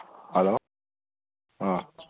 hello ꯑꯥ